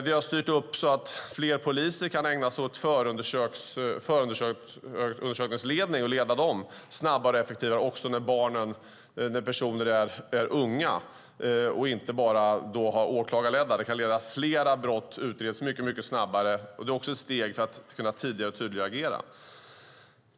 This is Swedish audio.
Vi har styrt upp så att fler poliser kan ägna sig åt förundersökningsledning och leda dem snabbare och effektivare också när personer är unga. Det ska inte bara vara åklagarlett, utan flera brott utreds mycket snabbare så här. Det är också ett steg för att kunna agera tidigare och tydligare.